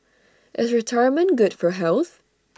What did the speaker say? is retirement good for health